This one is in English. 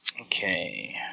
Okay